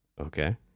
Okay